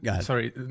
sorry